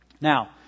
Now